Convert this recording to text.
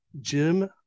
jim